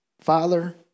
Father